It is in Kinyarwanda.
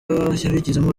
yabigizemo